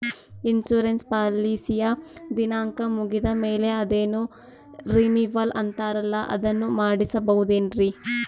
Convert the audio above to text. Insurance ಪಾಲಿಸಿಯ ದಿನಾಂಕ ಮುಗಿದ ಮೇಲೆ ಅದೇನೋ ರಿನೀವಲ್ ಅಂತಾರಲ್ಲ ಅದನ್ನು ಮಾಡಿಸಬಹುದೇನ್ರಿ?